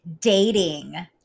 Dating